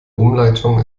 umleitung